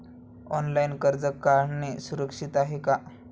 Online कर्ज काढणे सुरक्षित असते का?